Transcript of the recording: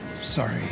Sorry